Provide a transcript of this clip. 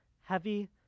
heavy